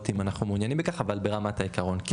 אם אנחנו מעוניינים בכך אבל ברמת העיקרון כן.